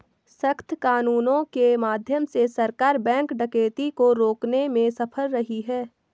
सख्त कानूनों के माध्यम से सरकार बैंक डकैती को रोकने में सफल रही है